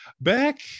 Back